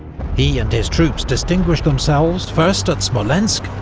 he and his troops distinguished themselves first at smolensk,